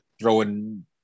throwing